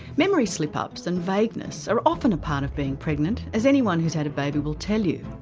memory slip ups and vagueness are often a part of being pregnant as anyone who's had a baby will tell you.